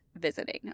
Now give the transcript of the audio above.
visiting